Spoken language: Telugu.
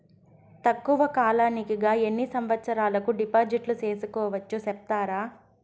తక్కువ కాలానికి గా ఎన్ని సంవత్సరాల కు డిపాజిట్లు సేసుకోవచ్చు సెప్తారా